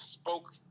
spoke